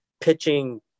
pitching